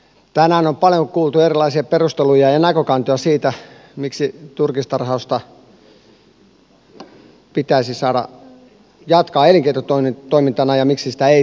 tänään on paljon kuultu erilaisia perusteluja ja näkökantoja siitä miksi turkistarhausta pitäisi saada jatkaa elinkeinotoimintana ja miksi sitä ei saisi jatkaa